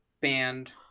band